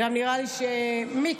ונראה לי שגם את של מיקי.